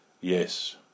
yes